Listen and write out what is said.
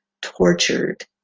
tortured